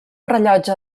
rellotge